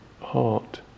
heart